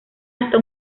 hasta